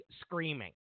screaming